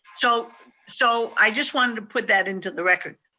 so so i just wanted to put that into the record.